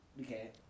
Okay